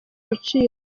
ibiciro